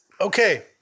Okay